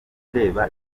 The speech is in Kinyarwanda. ndeba